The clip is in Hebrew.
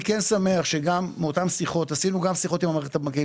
עשינו גם שיחות עם המערכת הבנקאית,